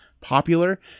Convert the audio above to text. popular